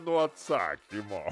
nuo atsakymo